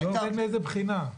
אני לא מבין מאיזו בחינה.